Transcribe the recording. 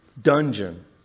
dungeon